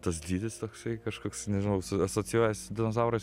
tas dydis toksai kažkoks nežinau asocijuojas su dinozaurais